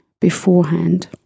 beforehand